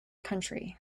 country